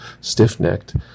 stiff-necked